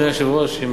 אדוני היושב-ראש,